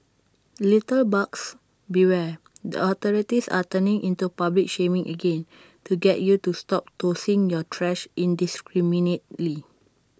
litterbugs beware the authorities are turning into public shaming again to get you to stop tossing your trash indiscriminately